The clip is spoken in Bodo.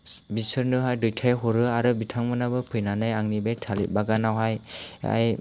बिसोरनोहाय दैथायहरो आरो बिथांमोनाबो फैनानै आंनि बे थालिर बागानावहाय हाय